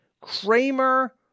Kramer